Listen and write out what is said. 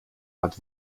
hat